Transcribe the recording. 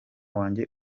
wanjye